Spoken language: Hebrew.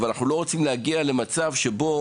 אבל אנחנו לא רוצים להגיע למצב שכדי